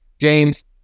james